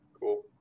Cool